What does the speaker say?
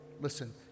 Listen